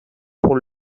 pour